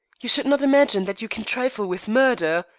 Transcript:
you should not imagine that you can trifle with murder.